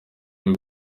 y’u